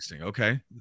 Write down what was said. okay